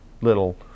little